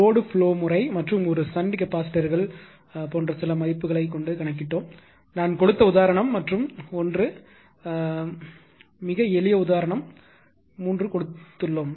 load flow முறை மற்றும் ஒரு ஷன்ட் கெப்பாசிட்டர்கள்போன்ற சில மதிப்புகளை கணக்கிட்டோம் நான் கொடுத்த உதாரணம் மற்றும் ஒன்று 3 சரியான மிக எளிய உதாரணம் கொடுத்துள்ளோம்